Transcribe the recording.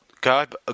God